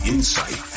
Insight